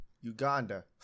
Uganda